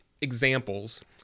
examples